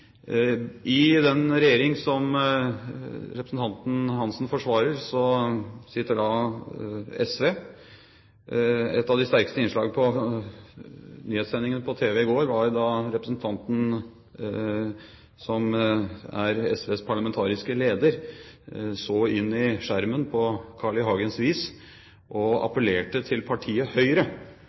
I den regjering som representanten Hansen forsvarer, sitter da SV. Et av de sterkeste innslagene på nyhetssendingene på TV i går var da representanten som er SVs parlamentariske leder, så inn i skjermen på Carl I. Hagens vis og appellerte til partiet Høyre